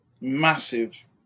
massive